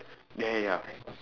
ya ya ya